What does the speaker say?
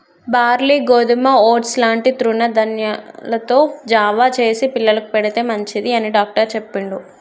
barley గోధుమ oats లాంటి తృణ ధాన్యాలతో జావ చేసి పిల్లలకు పెడితే మంచిది అని డాక్టర్ చెప్పిండు